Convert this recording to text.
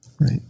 Right